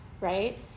right